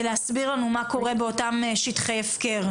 להסביר לנו מה קורה באותם שטחי הפקר.